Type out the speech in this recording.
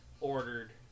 ordered